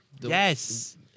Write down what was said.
Yes